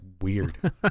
weird